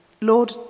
Lord